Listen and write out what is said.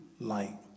light